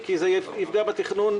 איפה הערבים?